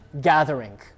gathering